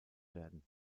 werden